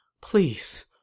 Please